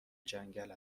جنگل